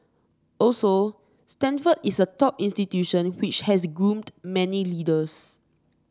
also Stanford is a top institution which has groomed many leaders